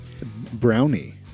Brownie